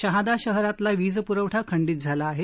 शहादा शहरातला वीजपुरवठा खंडीत झाला आहे